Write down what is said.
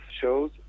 shows